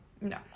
No